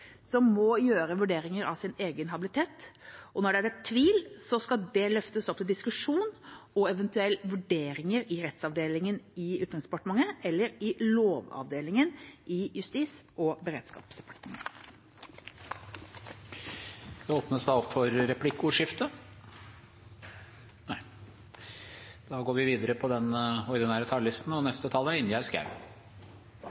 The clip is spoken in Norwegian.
som må gjøre vurderinger av sin egen habilitet, og når det er tvil, skal det løftes opp til diskusjon og eventuell vurdering i rettsavdelingen i Utenriksdepartementet eller i Lovavdelingen i Justis- og beredskapsdepartementet. De talere som heretter får ordet, har en taletid på